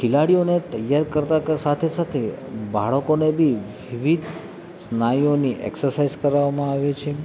ખિલાડીઓને તૈયાર કરતાં સાથે સાથે બાળકોને બી વિવિધ સ્નાયુઓની એક્સરસાઈઝ કરાવવામાં આવે છે